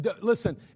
listen